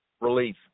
relief